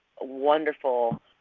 wonderful